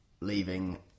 leaving